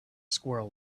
squirrel